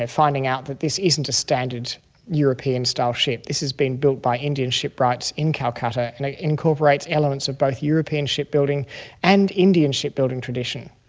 and finding out that this isn't a standard european-style ship, this has been built by indian shipwrights in calcutta and it incorporates elements of both european shipbuilding and indian shipbuilding tradition.